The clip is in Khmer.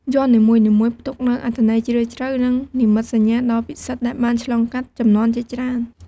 យ័ន្តនីមួយៗផ្ទុកនូវអត្ថន័យជ្រាលជ្រៅ និងនិមិត្តសញ្ញាដ៏ពិសិដ្ឋដែលបានឆ្លងកាត់ជំនាន់ជាច្រើន។